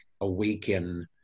awaken